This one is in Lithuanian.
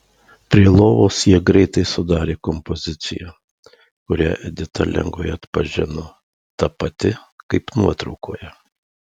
prie lovos jie greitai sudarė kompoziciją kurią edita lengvai atpažino ta pati kaip nuotraukoje